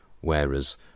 Whereas